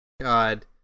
god